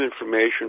information